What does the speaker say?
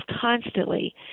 constantly